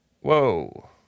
Whoa